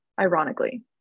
ironically